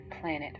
planet